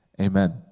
amen